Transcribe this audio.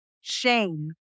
shame